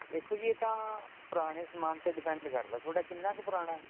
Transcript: ਦੇਖੋ ਜੀ ਇਹ ਤਾਂ ਪੁਰਾਣੇ ਸਮਾਨ ਤੇ ਡਿਪੈਂਡ ਕਰਦਾ ਥੋਡਾ ਕਿੰਨਾ ਕ ਪੁਰਾਣਾ ਐ